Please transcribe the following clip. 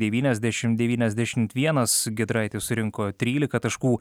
devyniasdešimt devyniasdešimt vienas giedraitis surinko trylika taškų